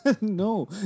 No